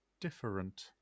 different